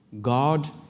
God